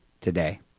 today